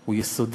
בכל נושא